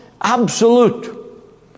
absolute